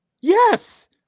Yes